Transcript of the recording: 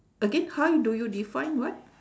again how y~ do you define what